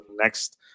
next